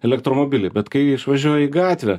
elektromobily bet kai išvažiuoji į gatvę